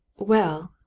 well,